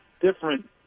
different